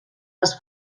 les